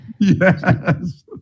Yes